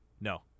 No